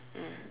mm